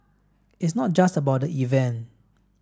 it's not just about the event